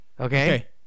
okay